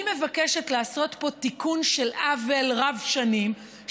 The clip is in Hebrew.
אני מבקשת לעשות פה תיקון של עוול רב שנים,